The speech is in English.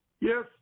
Yes